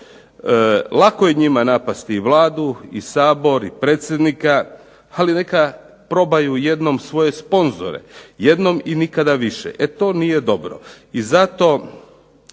Lako je njima napasti i Vladu, i Sabor i predsjednika. Ali neka probaju jednom svoje sponzore, jednom i nikada više. E to nije dobro.